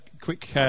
quick